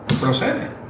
procede